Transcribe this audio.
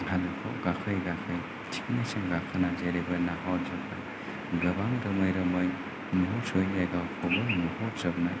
हाजोखौ गाखोयै गाखोयै थिखिनिसिम गाखोना जेरैबो नाहरना गोबां रोमै रोमै नुहरस'यै जायगाखौबो नुहरजोबनाय